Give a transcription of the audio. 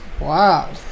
Wow